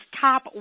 top